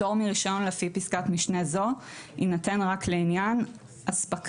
פטור מרישיון לפי פסקת משנה זו יינתן רק לעניין הספקה,